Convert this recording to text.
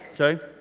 okay